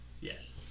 Yes